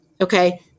okay